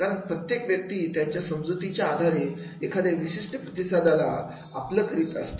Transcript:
कारण प्रत्येक व्यक्ती त्याच्या समजुतीच्या आधारे एखाद्या विशिष्ट प्रतिसादाला आपलं करीत असतो